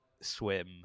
swim